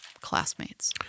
classmates